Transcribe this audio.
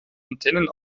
antennen